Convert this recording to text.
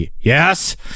yes